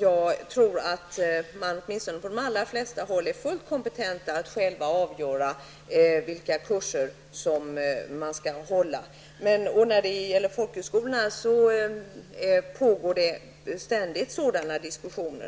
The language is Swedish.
Jag tror att man åtminstone på de allra flesta håll är fullt kompetent att själv avgöra vilka kurser man skall hålla. När det gäller folkhögskolorna pågår det ständigt sådana diskussioner.